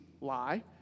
Lie